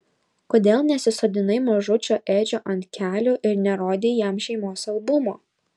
kodėl nesisodinai mažučio edžio ant kelių ir nerodei jam šeimos albumo